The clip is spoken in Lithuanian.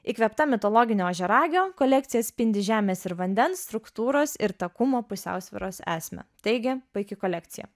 įkvėpta mitologinio ožiaragio kolekcija atspindi žemės ir vandens struktūros ir takumo pusiausvyros esmę taigi puiki kolekcija